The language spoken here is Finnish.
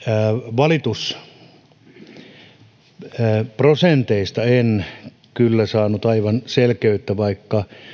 valitusprosenteista en kyllä saanut aivan selkeyttä vaikka